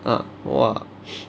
ah !wah!